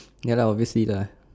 ya lah obviously lah